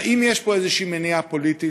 האם יש פה איזו מניעה פוליטית,